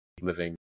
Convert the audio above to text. living